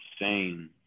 Insane